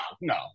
no